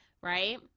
right